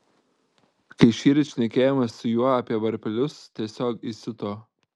kai šįryt šnekėjomės su juo apie varpelius tiesiog įsiuto